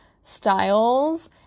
styles